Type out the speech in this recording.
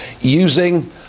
using